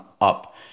up